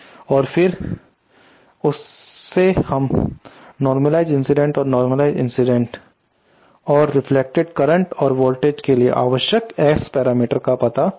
और फिर उससे हम नोर्मलिज़ेड इंसिडेंट और नोर्मलिज़ेड इंसिडेंट और रिफ्लेक्टिव करंट और वोल्टेज के लिए आवश्यक S पैरामीटर्स का पता लगाते हैं